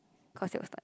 cause it was like